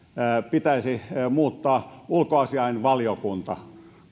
pitäisi muuttaa ulkoasiainvaliokunta